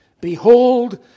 behold